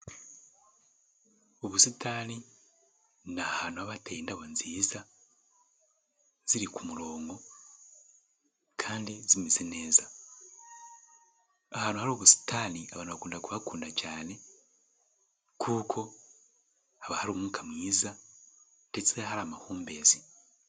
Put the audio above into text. Ubusitani ni ahantu haba hateye indabo nziza, ziri ku murongo, kandi zimeze neza. Ahantu hari ubusitani abantu bakunda kuhakunda cyane, kuko haba hari umwuka mwiza, ndetse hari amahumbezi.